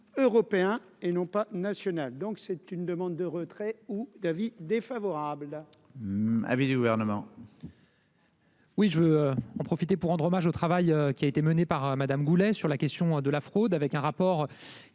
européen et non pas national, donc c'est une demande de retrait ou d'avis défavorables.